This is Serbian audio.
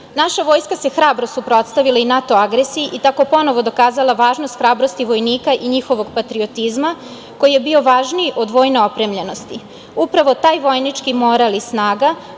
pakt. Naša vojska se hrabro suprotstavila i NATO agresiji i tako ponovo dokazala važnost hrabrosti vojnika i njihovog patriotizma, koji je bio važniji od vojne opremljenosti. Upravo taj vojnički moral i snaga